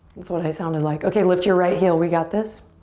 that's what i sounded like. okay, lift your right heel. we got this.